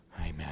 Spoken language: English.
Amen